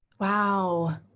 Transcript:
Wow